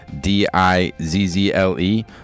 d-i-z-z-l-e